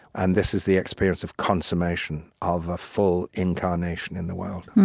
and this is the experience of consummation, of a full incarnation in the world